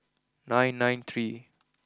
nine nine three